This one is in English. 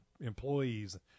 employees